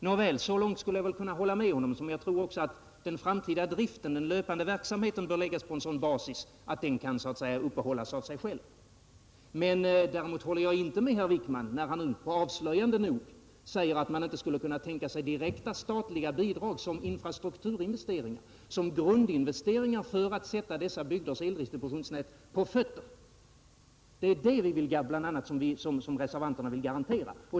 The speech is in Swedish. Nåväl, så långt skulle jag kunna hålla med honom att också jag tror att den framtida löpande verksamheten bör läggas på en sådan basis att den kan uppehållas av sig själv. Däremot håller jag inte med herr Wickman när han avslöjande nog säger att man inte skulle kunna tänka sig direkta statliga bidrag som infrastrukturinvesteringar, dvs. som grundinvesteringar för att sätta eldistributionsnätet i de aktuella bygderna på fötter. Det är bl.a. det som reservanterna vill garantera.